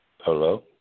Hello